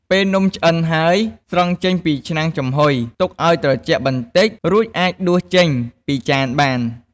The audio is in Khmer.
ពេលនំឆ្អិនហើយ ស្រង់ចេញពីឆ្នាំងចំហុយ ទុកឱ្យត្រជាក់បន្តិច រួចអាចដួសចេញពីចានបាន។